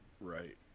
Right